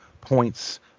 points